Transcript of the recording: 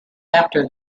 after